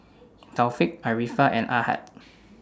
Taufik Arifa and Ahad